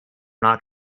not